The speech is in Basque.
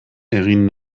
egin